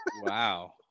wow